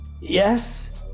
Yes